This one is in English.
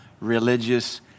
religious